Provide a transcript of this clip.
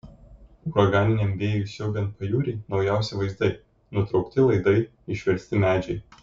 uraganiniam vėjui siaubiant pajūrį naujausi vaizdai nutraukti laidai išversti medžiai